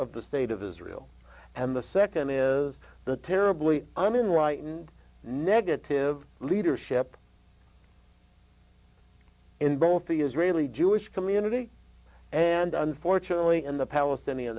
of the state of israel and the nd is the terribly i mean right and negative leadership in both the israeli jewish community and unfortunately in the palestinian